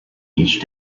each